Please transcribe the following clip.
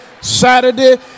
Saturday